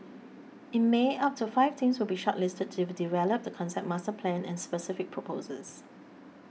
in May up to five teams will be shortlisted to develop the concept master plan and specific proposals